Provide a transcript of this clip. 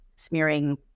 Smearing